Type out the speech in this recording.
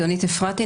יונית אפרתי,